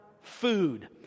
food